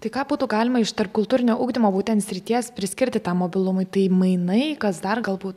tai ką būtų galima iš tarpkultūrinio ugdymo būtent srities priskirti tam mobilumui tai mainai kas dar galbū